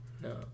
No